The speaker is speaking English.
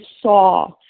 saw